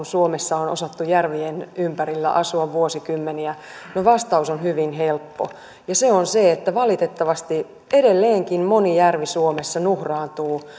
suomessa on osattu järvien ympärillä asua vuosikymmeniä no vastaus on hyvin helppo ja se on se että valitettavasti edelleenkin moni järvi suomessa nuhraantuu